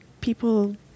people